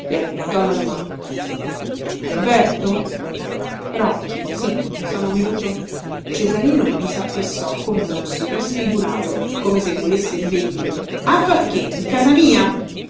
avventò la domanda alberto rocchi sì sono venuto cesarino gli sappressò convulso trasfigurato come se volesse inveire a far che in casa mia